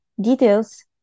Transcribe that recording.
details